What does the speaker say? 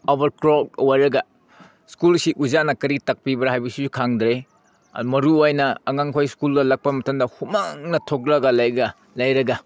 overcrowd ꯑꯣꯏꯔꯒ ꯁ꯭ꯀꯨꯜꯁꯤ ꯑꯣꯖꯥꯅ ꯀꯔꯤ ꯇꯥꯛꯄꯤꯕ꯭ꯔꯥ ꯍꯥꯏꯕꯁꯤꯁꯨ ꯈꯪꯗ꯭ꯔꯦ ꯃꯔꯨ ꯑꯣꯏꯅ ꯑꯉꯥꯡꯈꯣꯏ ꯁ꯭ꯀꯨꯜꯗ ꯂꯥꯛꯄ ꯃꯇꯝꯗ ꯍꯨꯃꯥꯡꯅ ꯊꯣꯛꯂꯅ ꯂꯩꯔꯒ